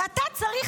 ואתה צריך,